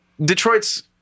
Detroit's